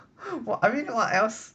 what I mean what else